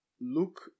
look